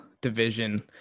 Division